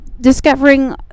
Discovering